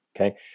Okay